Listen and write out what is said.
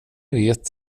vet